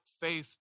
faith